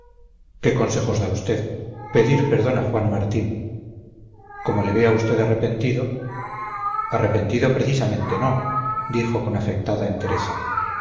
qué consejos da usted pedir perdón a juan martín como le veo a usted arrepentido arrepentido precisamente no dijo con afectada entereza